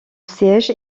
siège